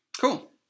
Cool